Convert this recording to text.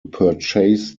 purchase